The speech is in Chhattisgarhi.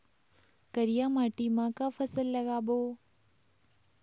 करिया माटी म का फसल लगाबो?